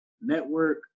network